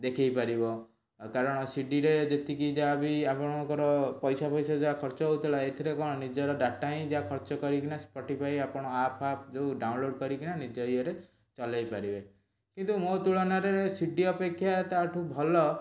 ଦେଖାଇପାରିବ ଆଉ କାରଣ ସିଡ଼ିରେ ଯେତିକି ଯାହାବି ଆପଣଙ୍କର ପଇସା ଫଇସା ଯାହା ଖର୍ଚ୍ଚ ହେଉଥିଲା ଏଥିରେ କ'ଣ ନିଜର ଡାଟା ହିଁ ଯାହା ଖର୍ଚ୍ଚ କରିକିନା ସ୍ପଟିଫାଏ ଆପଣ ଆପ୍ ଫାପ୍ ଯେଉଁ ଡାଉନଲୋଡ଼୍ କରିକିନା ନିଜ ଇଏରେ ଚଳାଇ ପାରିବେ କିନ୍ତୁ ମୋ ତୁଳନାରେ ସି ଡ଼ି ଅପେକ୍ଷା ତା'ଠୁ ଭଲ